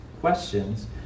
questions